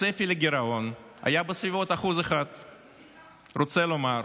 הצפי לגירעון היה בסביבות 1%. רוצה לומר